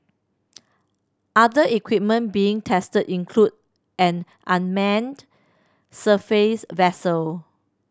other equipment being tested include an unmanned surface vessel